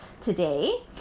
today